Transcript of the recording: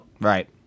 right